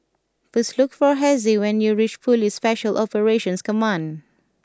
please look for Hezzie when you reach Police Special Operations Command